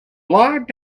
lied